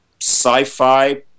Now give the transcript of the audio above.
sci-fi